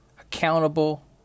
accountable